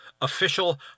official